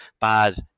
bad